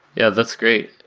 yeah, that's great.